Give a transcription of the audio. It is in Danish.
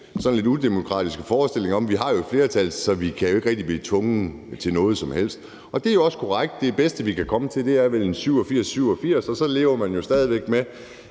sådan lidt udemokratiske forestilling om, at man jo har et flertal, så man ikke rigtig kan blive tvunget til noget som helst. Det er jo også korrekt. Det bedste, vi kan komme frem til, er vel en 87-87-situation, og så lever man jo stadig væk med,